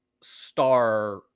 star